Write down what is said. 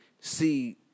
see